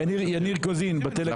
יניר קוזין בטלגרם.